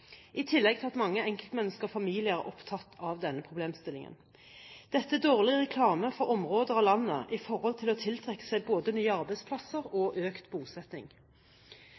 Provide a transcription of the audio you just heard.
i tillegg til at mange enkeltmennesker og familier er opptatt av denne problemstillingen. Dette er dårlig reklame for områder av landet med tanke på å tiltrekke seg både nye arbeidsplasser og økt bosetting.